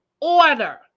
order